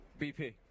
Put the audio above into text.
BP